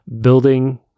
building